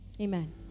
amen